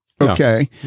okay